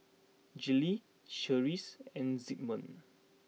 Gillie Clarice and Zigmund